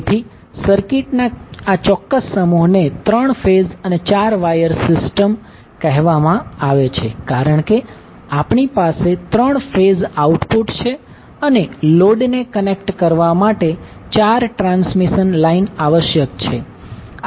તેથી સર્કિટના આ ચોક્કસ સમૂહને 3 ફેઝ અને 4 વાયર સિસ્ટમ કહેવામાં આવે છે કારણ કે આપણી પાસે 3 ફેઝ આઉટપુટ છે અને લોડને કનેક્ટ કરવા માટે 4 ટ્રાન્સમિશન લાઇન આવશ્યક છે